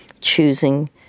Choosing